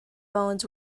bones